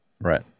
Right